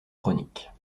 chroniques